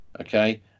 Okay